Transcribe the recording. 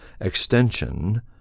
Extension